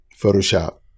Photoshop